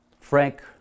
Frank